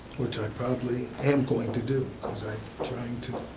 which i probably am going to do, cause i'm trying to,